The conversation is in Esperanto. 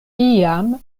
iam